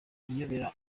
iyobera